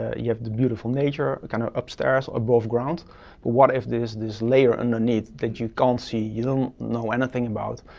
ah you have the beautiful nature kinda upstairs, above ground. but what if there is this layer underneath that you can't see, you don't know anything about?